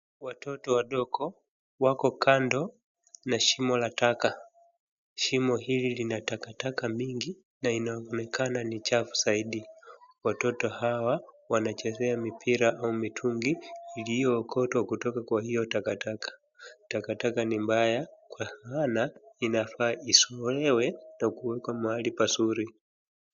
Watoto wadogo wako kando na shimo la taka. Shimo hili lina takataka mingi na inaonekana ni chafu zaidi. Watoto hawa wanachezea mipira au mitungi iliyookotwa kutoka kwa hiyo takataka. Takataka ni mbaya kwa maana inafaa izolewe na kuwekwa mahali pazuri.